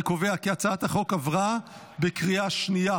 אני קובע כי הצעת החוק עברה בקריאה השנייה.